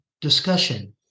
discussion